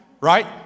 Right